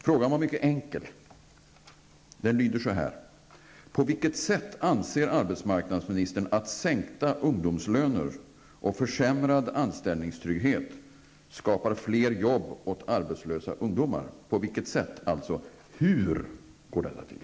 Frågan var mycket enkel. Den lyder så här: På vilket sätt anser arbetsmarknadsministern att sänkta ungdomslöner och försämrad anställningstrygghet skapar fler jobb åt arbetslösa ungdomar? På vilket sätt, alltså hur går detta till?